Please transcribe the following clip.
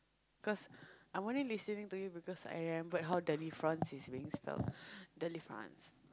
cause I'm only listening to you because I remembered delifrance is being spelled delifrance